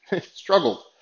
struggled